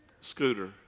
scooter